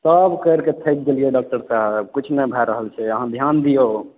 सभ करि कऽ थाकि गेलियै डॉक्टर साहेब किछु नहि भए रहल छै अहाँ ध्यान दियौ